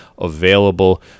available